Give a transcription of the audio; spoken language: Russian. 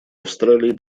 австралии